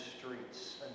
streets